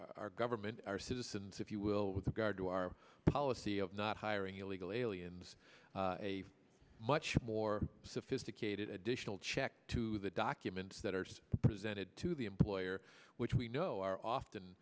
our government our citizens if you will with regard to our policy of not hiring illegal aliens a much more sophisticated additional check to the documents that are presented to the employer which we know are often